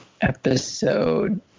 episode